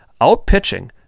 outpitching